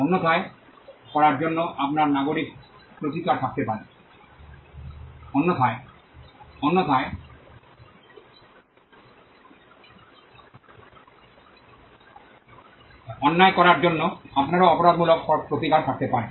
অন্যায় করার জন্য আপনার নাগরিক প্রতিকার থাকতে পারে অন্যায় করার জন্য আপনারও অপরাধমূলক প্রতিকার থাকতে পারে